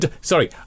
Sorry